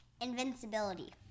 Invincibility